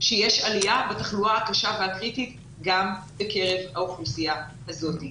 שיש עלייה בתחלואה הקשה והקריטית גם בקרב האוכלוסייה הזאת.